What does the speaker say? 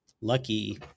Lucky